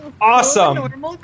Awesome